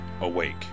awake